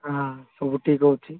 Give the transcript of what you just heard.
ହଁ ସବୁ ଠିକ୍ ହଉଛି